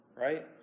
Right